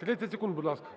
30 секунд, будь ласка. ШУРМА